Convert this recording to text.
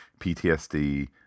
PTSD